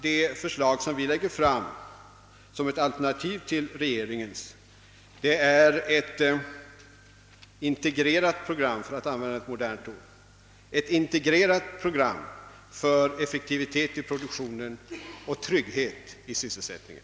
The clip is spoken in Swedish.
Det förslag som vi lägger fram som ett alternativ till regeringens är, för att använda ett modernt ord, ett integrerat program för effektivitet i produktionen och trygghet i sysselsättningen.